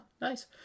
nice